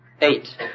Eight